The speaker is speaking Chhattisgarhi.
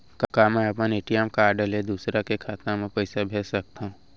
का मैं अपन ए.टी.एम कारड ले दूसर के खाता म पइसा भेज सकथव?